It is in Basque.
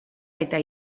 eta